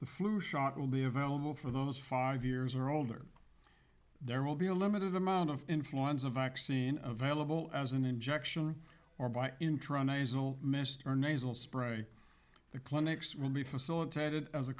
the flu shot will be available for those five years or older there will be a limited amount of influenza vaccine available as an injection or by intro nasal mist or nasal spray the clinics will be facilitated as a